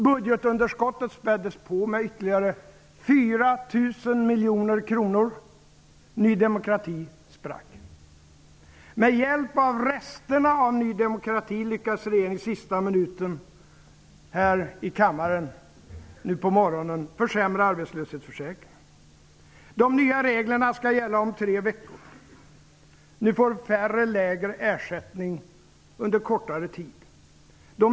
Budgetunderskottet späddes på med ytterligare Med hjälp av resterna av Ny demokrati lyckades regeringen i sista minuten här i kammaren nu på morgonen försämra arbetslöshetsförsäkringen. De nya reglerna skall gälla om tre veckor. Nu får färre lägre ersättning under kortare tid.